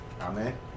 Amen